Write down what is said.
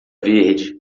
verde